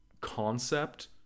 concept